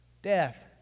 Death